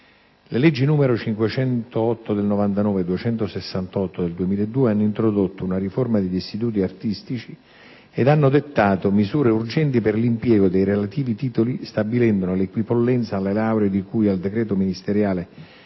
Le leggi nn. 508 del 1999 e 268 del 2002 hanno introdotto una riforma degli istituti artistici e hanno dettato misure urgenti per l'impiego dei relativi titoli stabilendone l'equipollenza alle lauree di cui al decreto ministeriale